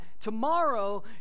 Tomorrow